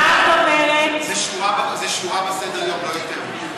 זאת שורה בסדר-היום, לא יותר.